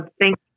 Thank